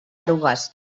erugues